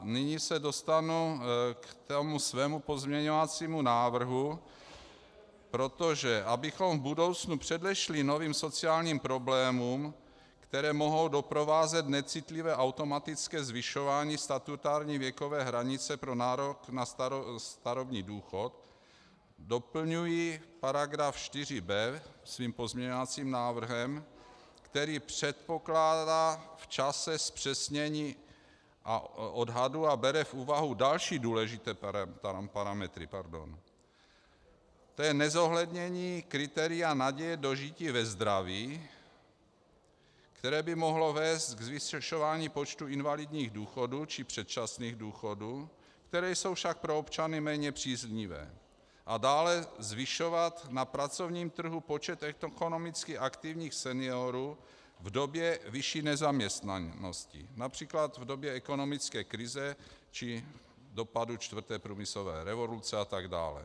Nyní se dostanu k tomu svému pozměňovacímu návrhu, protože abychom v budoucnu předešli novým sociálním problémům, které mohou doprovázet necitlivé automatické zvyšování statutární věkové hranice pro nárok na starobní důchod, doplňuji § 4b svým pozměňovacím návrhem, který předpokládá v čase zpřesnění odhadu a bere v úvahu další důležité parametry, tj. nezohlednění kritéria naděje dožití ve zdraví, které by mohlo vést k počtu invalidních důchodů či předčasných důchodů, které jsou však pro občany méně příznivé, a dále zvyšovat na pracovním trhu počet ekonomicky aktivních seniorů v době vyšší nezaměstnanosti, například v době ekonomické krize či dopadu čtvrté průmyslové revoluce atd.